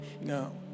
no